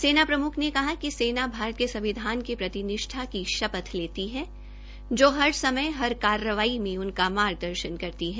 सेना प्रमुख ने कहा कि सेना भारत के संविधान के प्रति निष्ठा की शपथ लेती है जो हर समय हर कार्रवाई में उनका मार्गदर्शन करती है